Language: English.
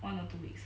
one or two weeks